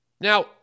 Now